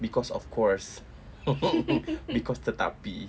because of course because tetapi